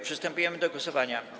Przystępujemy do głosowania.